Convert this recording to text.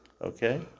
Okay